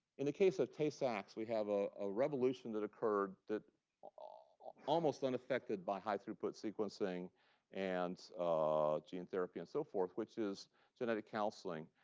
in the case of tay-sachs, we have a revolution that occurred that ah unaffected by high-throughput sequencing and ah gene therapy and so forth, which is genetic counseling.